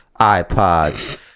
iPods